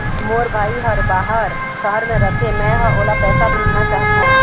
मोर भाई हर बाहर शहर में रथे, मै ह ओला पैसा भेजना चाहथों